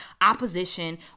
opposition